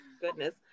Goodness